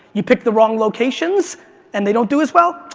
you pick the wrong locations and they don't do as well,